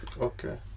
Okay